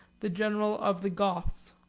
the general of the goths.